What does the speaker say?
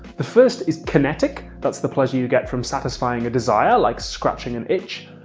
the first is kinetic, that's the pleasure you get from satisfying a desire like scratching an itch.